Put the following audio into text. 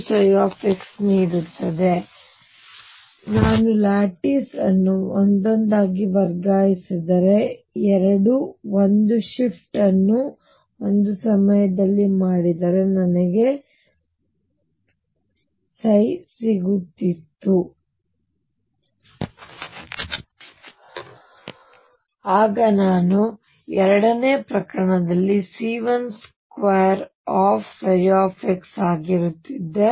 ಈಗ ಇದರ ಬಗ್ಗೆ ಯೋಚಿಸಿ ನಾನು ಲ್ಯಾಟಿಸ್ ಅನ್ನು ಒಂದೊಂದಾಗಿ ವರ್ಗಾಯಿಸಿದರೆ 2 ಒಂದು ಶಿಫ್ಟ್ ಅನ್ನು ಒಂದು ಸಮಯದಲ್ಲಿ ಮಾಡಿದರೆ ನನಗೆ ಸಿಗುತ್ತಿತ್ತು ಆಗ ನಾನು ಎರಡನೇ ಪ್ರಕರಣದಲ್ಲಿ C12ψ ಆಗಿರುತ್ತಿದ್ದೆ